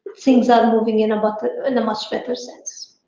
things are moving in a but and much better sense.